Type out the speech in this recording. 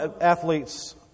athletes